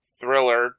thriller